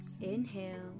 inhale